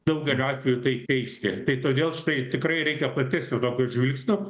daugeliu atvejų tai keisti tai todėl štai tikrai reikia platesnio tokio žvilgsnio